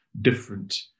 different